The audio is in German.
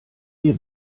wir